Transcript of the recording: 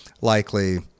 likely